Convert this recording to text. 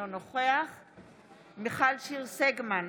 אינו נוכח מיכל שיר סגמן,